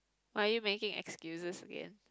are you making excuses again